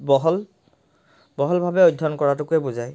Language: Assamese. বহল বহলভাৱে অধ্যয়ন কৰাতোকে বুজায়